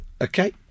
Okay